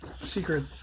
secret